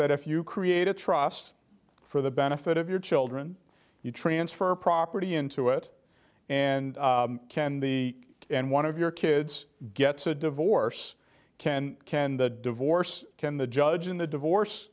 that if you create a trust for the benefit of your children you transfer property into it and then the and one of your kids gets a divorce ken ken the divorce can the judge in the divorce